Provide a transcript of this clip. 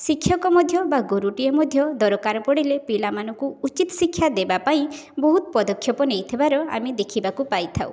ଶିକ୍ଷକ ମଧ୍ୟ ବା ଗୁରୁଟିଏ ମଧ୍ୟ ଦରକାର ପଡ଼ିଲେ ପିଲାମାନଙ୍କୁ ଉଚିତ ଶିକ୍ଷା ଦେବା ପାଇଁ ବହୁତ ପଦକ୍ଷେପ ନେଇଥିବାର ଆମେ ଦେଖିବାକୁ ପାଇଥାଉ